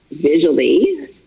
visually